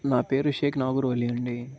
నా పేరు షేక్ నాగూర్ వలి అండీ